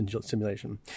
simulation